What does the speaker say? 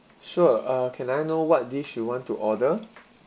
sure uh can I know what dish you want to order